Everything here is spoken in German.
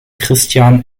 christian